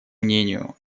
мнению